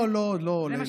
לא לא לא,